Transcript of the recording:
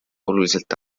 oluliselt